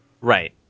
right